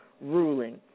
Ruling